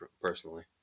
personally